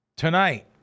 Tonight